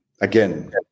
Again